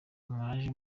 mwaje